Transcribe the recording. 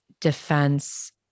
defense